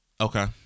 Okay